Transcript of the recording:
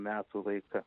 metų laiką